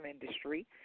industry